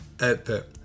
output